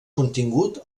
contingut